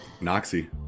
noxy